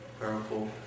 powerful